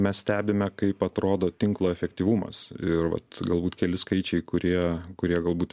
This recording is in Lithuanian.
mes stebime kaip atrodo tinklo efektyvumas ir vat galbūt keli skaičiai kurie kurie galbūt